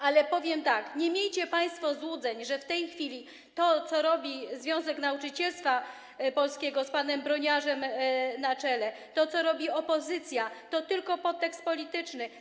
Ale powiem tak, nie miejcie państwo złudzeń, bo w tej chwili to, co robi Związek Nauczycielstwa Polskiego z panem Broniarzem na czele, to, co robi opozycja, to tylko podtekst polityczny.